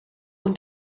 und